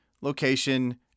location